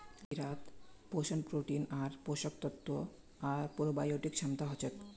कीड़ात पोषण प्रोटीन आर पोषक तत्व आर प्रोबायोटिक क्षमता हछेक